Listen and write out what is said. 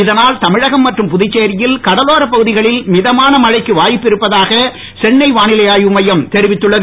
இதனால் தமிழகம் மற்றும் புதுச்சேரியில் கடலோர பகுதிகளில் மிதமான மழைக்கு வாய்ப்பிருப்பதாக சென்னை வானிலை ஆய்வு மையம் தெரிவித்துள்ளது